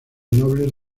nobles